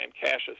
Cassius